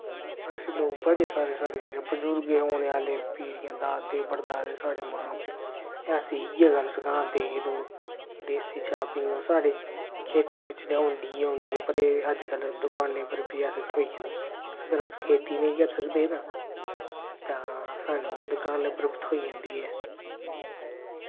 अस लोक बड़े सारे साढ़े जेह्ड़े बजुर्ग हे होने आह्ले पीढ़ियां दादे पढ़दादे साढ़े मां प्यो एह् असें इयै गल्ल सखांदे कि तूं देसी चाह् पियो साढ़े खेतें बिच ते होंदी होंदी ऐ पर एह् अज्जकल दुकानें पर बी असें थ्होई जंदी अगर अस खेती नेईं कर सकदे ना तां स्हानूं दुकाने पर बी थ्होई जंदी ऐ